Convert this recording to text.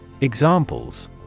Examples